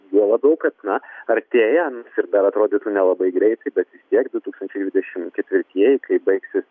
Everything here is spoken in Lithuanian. juo labiau kad na artėjan ir dar atrodytų nelabai greitai bet vis tiek du tūkstančiai dvidešim ketvirtieji kai baigsis